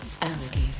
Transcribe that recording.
alligator